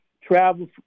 travel